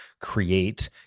create